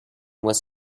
was